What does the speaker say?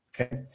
Okay